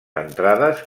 entrades